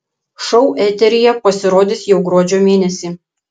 šou eteryje pasirodys jau gruodžio mėnesį